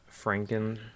Franken